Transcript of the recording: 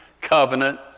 covenant